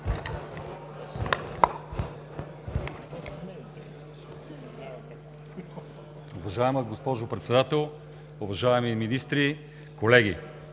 Уважаема госпожо Председател, уважаеми министри, колеги!